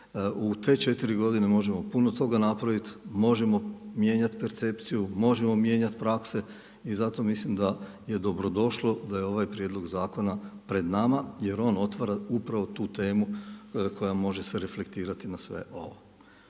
U te četiri godine možemo puno toga napraviti, možemo mijenjat percepciju, možemo mijenjat prakse. I zato mislim da je dobro došlo da je ovaj prijedlog zakona pred nama jer on otvara upravo tu temu koja može se reflektirati na sve ovo.